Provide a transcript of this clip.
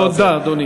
תודה, אדוני.